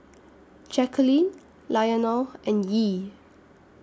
Jacalyn Lionel and Yee